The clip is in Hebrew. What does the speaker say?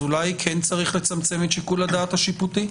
אולי כן צריך לצמצם את שיקול הדעת השיפוטי?